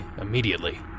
immediately